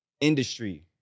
industry